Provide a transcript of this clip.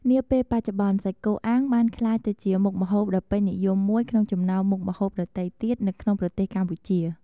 នាពេលបច្ចុប្បន្នសាច់គោអាំងបានក្លាយទៅជាមុខម្ហូបដ៏ពេញនិយមមួយក្នុងចំណោមមុខម្ហូបដទៃទៀតនៅក្នុងប្រទេសកម្ពុជា។